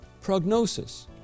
prognosis